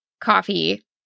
coffee